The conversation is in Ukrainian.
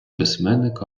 письменник